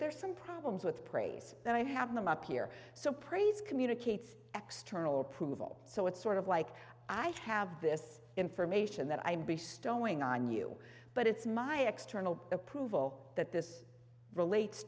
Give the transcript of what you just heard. there's some problems with praise that i have them up here so praise communicates x terminal approval so it's sort of like i have this information that i'm be stowing on you but it's my external approval that this relates